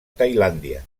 tailàndia